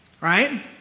right